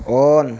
on